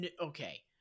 Okay